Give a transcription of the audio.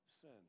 sin